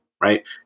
right